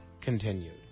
continued